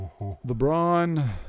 LeBron